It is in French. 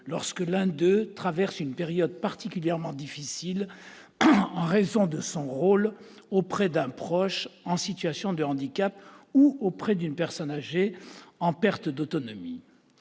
lorsque l'un d'eux traverse une période particulièrement difficile du fait du poids de son rôle auprès d'un proche en situation de handicap ou auprès d'une personne âgée en perte d'autonomie.